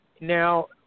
now